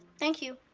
thank you.